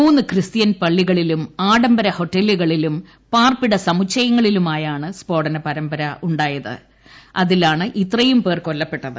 മൂന്ന് ക്രിസ്ത്യൻ പള്ളികളിലും ആഡംബര ഹോട്ടലുകളിലും പാർപ്പിട സമുച്ചയങ്ങളിലുമായുമുണ്ടായ സ്ഫോടന പരമ്പരകളിലാണ് ഇത്രയും പേർ കൊല്ലപ്പെട്ടത്